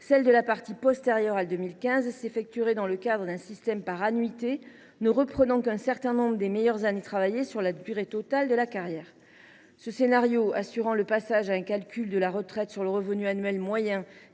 celle de la partie postérieure à 2015 s’effectuerait dans le cadre d’un système par annuités, ne reprenant qu’un certain nombre des meilleures années travaillées sur la durée totale de la carrière. Ce scénario assurant le passage à un calcul de la retraite sur le revenu annuel moyen,